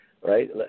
right